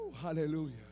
Hallelujah